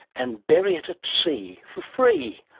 and bury it at sea for free.